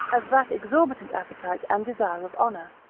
as that exorbitant appetite and desire of honour,